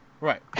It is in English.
Right